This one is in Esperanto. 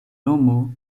romo